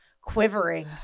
quivering